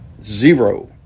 Zero